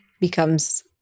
becomes